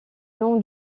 nom